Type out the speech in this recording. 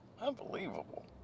Unbelievable